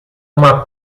uma